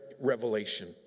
Revelation